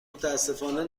متأسفانه